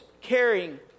caring